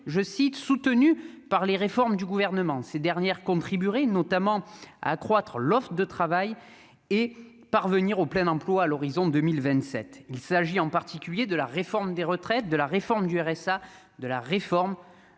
je cite, soutenu par les réformes du gouvernement ces dernières contribuerait notamment à accroître l'offre de travail et parvenir au plein emploi à l'horizon 2027, il s'agit en particulier de la réforme des retraites, de la réforme du RSA de la réforme